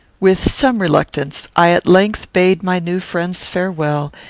with some reluctance, i at length bade my new friends farewell,